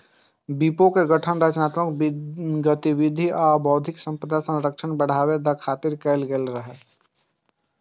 विपो के गठन रचनात्मक गतिविधि आ बौद्धिक संपदा संरक्षण के बढ़ावा दै खातिर कैल गेल रहै